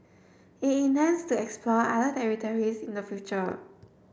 it intends to explore other territories in the future